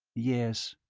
yes.